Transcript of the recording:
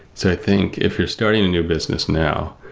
so i think if you're starting a new business now,